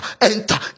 enter